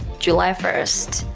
july first,